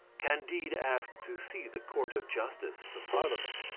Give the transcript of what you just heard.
candide asked to see the court of justice, the parliament.